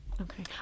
Okay